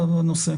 לתשובתך.